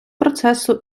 процесу